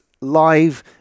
live